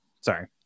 Sorry